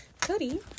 Cody